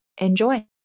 Enjoy